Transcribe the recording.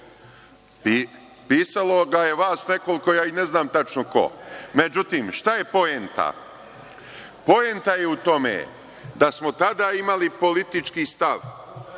ja?)Pisalo ga je vas nekoliko, ja ni ne znam tačno ko.Međutim, šta je poenta? Poenta je u tome da smo tada imali politički stav